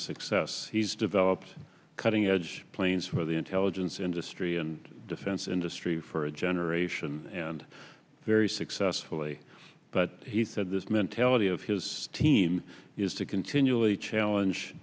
success he's developed a cutting edge planes for the intelligence industry and defense industry for a generation and very successfully but he said this mentality of his team is to continually challenge